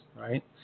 right